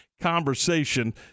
conversation